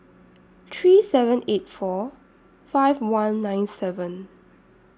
three seven eight four five one nine seven